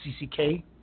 CCK